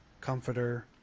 Comforter